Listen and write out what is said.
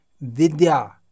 vidya